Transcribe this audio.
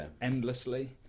endlessly